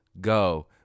go